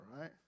right